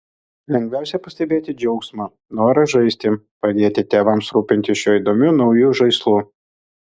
lengviausia pastebėti džiaugsmą norą žaisti padėti tėvams rūpintis šiuo įdomiu nauju žaislu